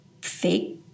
fake